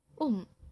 oh